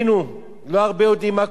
לא הרבה יודעים מה קורה בהילולה הזאת.